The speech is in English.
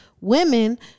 women